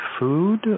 food